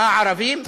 הערבים,